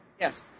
Yes